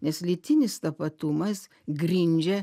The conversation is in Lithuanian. nes lytinis tapatumas grindžia